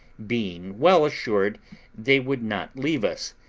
being well assured they would not leave us,